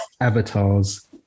avatars